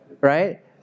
right